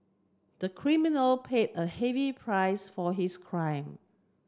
the criminal paid a heavy price for his crime